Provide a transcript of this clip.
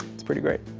it's pretty great.